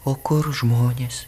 o kur žmonės